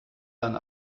dann